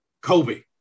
Kobe